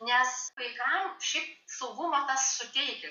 nes vaikam šiaip saugumo tas suteikia